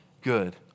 good